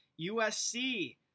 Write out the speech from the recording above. USC